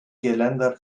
geländer